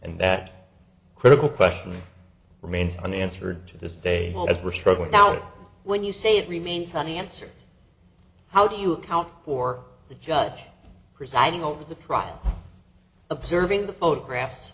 and that critical question remains unanswered to this day as we're struggling now when you say it remains unanswered how do you account for the judge presiding over the trial observing the photographs